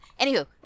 Anywho